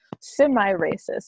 semi-racist